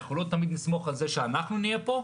שלא תמיד נסמוך על זה שאנחנו נהיה פה.